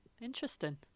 interesting